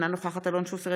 אינה נוכחת אלון שוסטר,